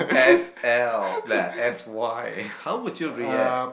S_L s_y how would you react